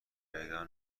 پیدا